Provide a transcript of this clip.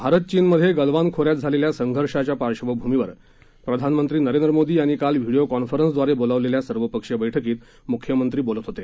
भारत चीन मधे गलवान खोऱ्यात झालेल्या संघर्षाच्या पार्श्वभूमीवर प्रधामंत्री नरेंद्र मोदी यांनी काल व्हिडीओ कॉन्फरन्सद्वारे बोलावलेल्या सर्वपक्षीय बैठकीत मुख्यमंत्री बोलत होते